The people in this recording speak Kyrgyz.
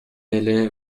эле